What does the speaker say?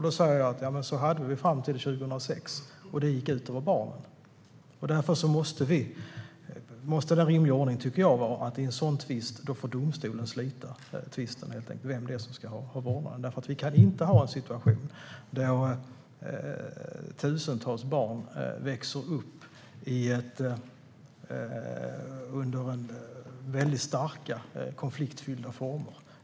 Så var det fram till 2006, och det gick ut över barnen. Därför måste den rimliga ordningen vara att domstolen får slita tvisten om vem som ska ha vårdnaden. Vi kan inte ha en situation där tusentals barn växer upp under starkt konfliktfyllda former.